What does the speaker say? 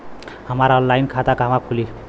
हमार ऑनलाइन खाता कहवा खुली?